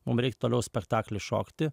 mum reik toliau spektaklį šokti